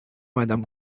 madame